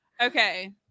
okay